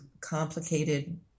complicated